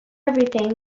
everything